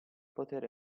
poter